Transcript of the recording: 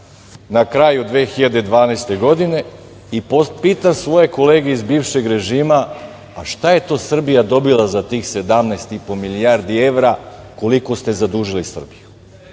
na kraju 2012. godine i pitam svoje kolege iz bivšeg režima, a šta je to Srbija dobila za tih 17,5 milijardi evra koliko ste zadužili Srbiju? To